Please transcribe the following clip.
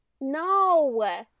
No